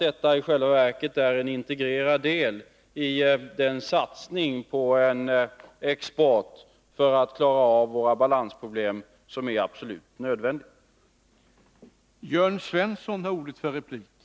Detta är i själva verket en integrerad deli den satsning på export som är absolut nödvändig för att klara av våra balansproblem.